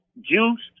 juiced